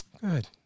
Good